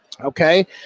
Okay